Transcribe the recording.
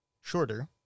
shorter